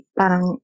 parang